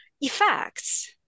effects